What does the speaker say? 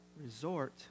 resort